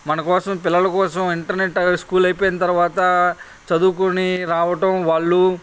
మన కోసం పిల్లల కోసం ఇంటర్నెట్ స్కూల్ అయిపోయిన తర్వాత చదువుకొని రావడం వాళ్ళు